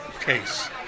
case